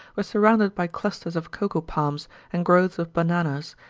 were surrounded by clusters of coco palms and growths of bananas,